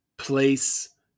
place